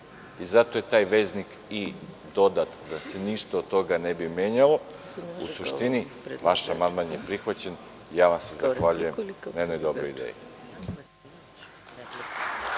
Zato je taj veznik „i“ dodat, da se ništa od toga ne bi menjalo. U suštini, vaš amandman je prihvaćen i ja vam se zahvaljujem na jednoj dobroj ideji.